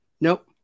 Nope